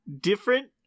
different